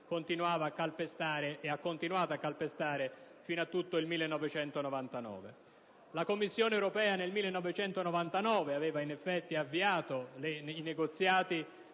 Slobodan Milosevic ha continuato a calpestare fino a tutto il 1999. La Commissione europea nel 1999 aveva, in effetti, avviato i negoziati